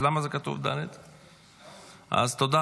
but only if you're not a Jew. To you all,